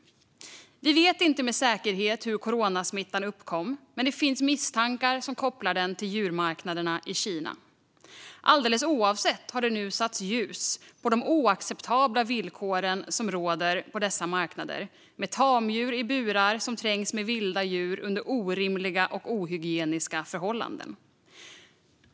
Vi vet inte med säkerhet hur coronasmittan uppkom, men det finns misstankar som kopplar den till djurmarknaderna i Kina. Alldeles oavsett har det nu satts ljus på de oacceptabla villkor som råder på dessa marknader, med tamdjur i burar som trängs med vilda djur under orimliga och ohygieniska förhållanden.